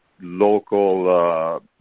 local